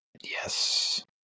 Yes